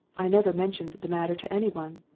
i never mentioned the matter to any one,